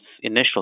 initial